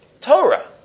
Torah